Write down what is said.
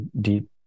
deep